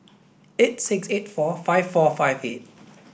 eight six eight four five four five eight